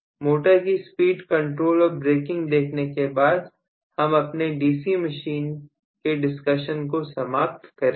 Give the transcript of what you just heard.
motor की speed control और braking देखने के बाद हम अपने डीसी मशीन के डिस्कशन को समाप्त करेंगे